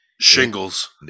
Shingles